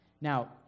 Now